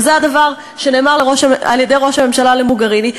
וזה הדבר שנאמר על-ידי ראש הממשלה למוגריני,